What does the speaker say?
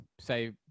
say